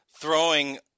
throwing